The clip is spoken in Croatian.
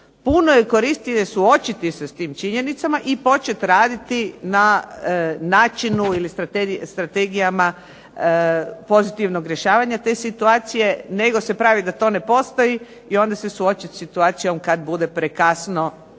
Puno je korisnije suočiti se s tim činjenicama i počet raditi na načinu ili strategijama pozitivnog rješavanja te situacije nego se pravit da to ne postoji i onda se suočit sa situacijom kad bude prekasno i